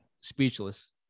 speechless